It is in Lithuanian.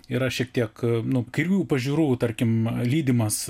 yra šiek tiek nu kairių pažiūrų tarkim lydimas